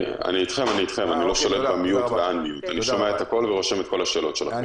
אני שומע הכול ורושם את השאלות שלכם.